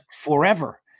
forever